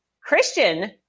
Christian